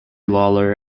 lawler